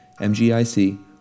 MGIC